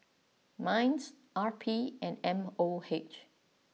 Minds R P and M O H